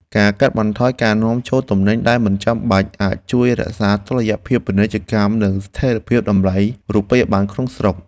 ការកាត់បន្ថយការនាំចូលទំនិញដែលមិនចាំបាច់អាចជួយរក្សាតុល្យភាពពាណិជ្ជកម្ម និងស្ថិរភាពតម្លៃរូបិយប័ណ្ណក្នុងស្រុក។